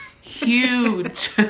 huge